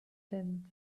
tenth